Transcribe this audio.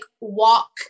walk